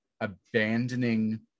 abandoning